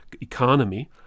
economy